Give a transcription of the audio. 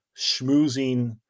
schmoozing